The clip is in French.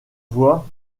voies